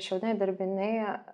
šiaudiniai darbiniai